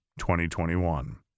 2021